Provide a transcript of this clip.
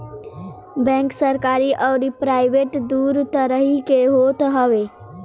bank सरकरी अउरी private दू तरही के होत हवे